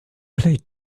played